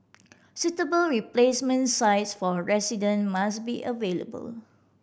suitable replacement sites for resident must be available